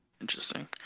Interesting